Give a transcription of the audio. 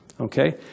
Okay